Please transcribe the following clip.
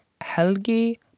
Helgi